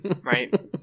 right